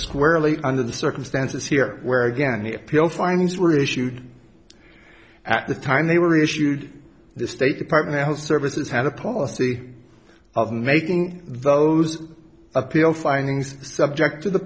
squarely under the circumstances here where again the appeal findings were issued at the time they were issued the state department of health services had a policy of making those appeal findings subject to the